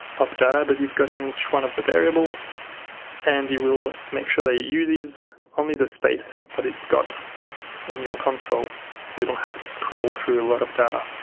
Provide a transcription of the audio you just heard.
of data that you've got in each one of the variable and you will make sure they uses only the space that it's got in your console so you don't have to scroll through a lot of data.